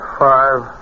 five